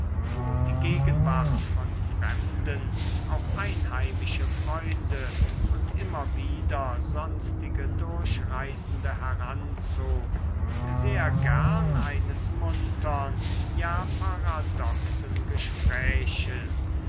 wo die gegenwart von fremden auch einheimische freunde und immer wieder sonstige durchreisende heranzog sehr gern eines muntern ja paradoxen gespräches